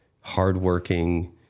hardworking